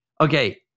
Okay